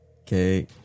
Okay